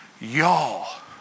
y'all